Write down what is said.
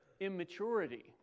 Immaturity